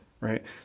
right